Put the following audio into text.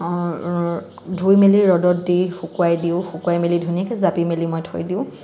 ধুই মেলি ৰ'দত দি শুকুৱাই দিওঁ শুকুৱাই মেলি ধুনীয়াকৈ জাপি মেলি মই থৈ দিওঁ